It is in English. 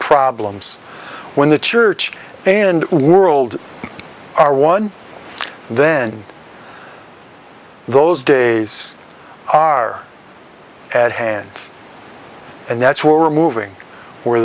problems when the church and world are one then those days are at hand and that's where we're moving